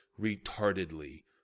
retardedly